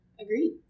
Agreed